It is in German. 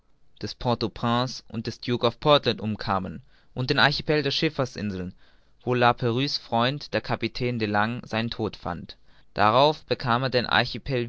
des port au prince und des duke of portland umkamen und den archipel der schifferinseln wo la prouse's freund der kapitän de langle seinen tod fand darauf bekam er den